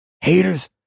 haters